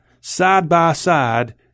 side-by-side